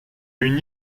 une